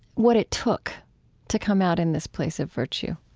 what it took to come out in this place of virtue